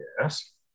Yes